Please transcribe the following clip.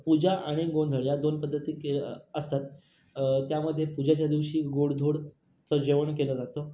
पूजा आणि गोंधळ या दोन पद्धती केल असतात त्यामध्ये पूजेच्या दिवशी गोडधोडचं जेवण केलं जातो